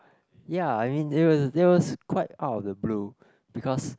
ya I mean it was it was quite out of the blue because